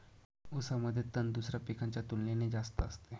ऊसामध्ये तण दुसऱ्या पिकांच्या तुलनेने जास्त असते